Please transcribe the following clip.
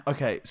Okay